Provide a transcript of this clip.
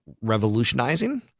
revolutionizing